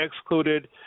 excluded